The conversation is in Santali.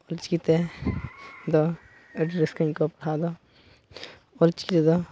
ᱚᱞᱪᱤᱠᱤ ᱛᱮ ᱫᱚ ᱟᱹᱰᱤ ᱨᱟᱹᱥᱠᱟᱹᱧ ᱟᱹᱭᱠᱟᱹᱣᱟ ᱯᱟᱲᱦᱟᱣ ᱫᱚ ᱚᱞᱪᱤᱠᱤ ᱫᱚ